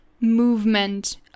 movement